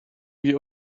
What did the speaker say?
wir